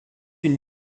une